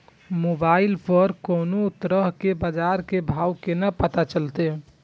Mobile पर कोनो तरह के बाजार के भाव केना पता चलते?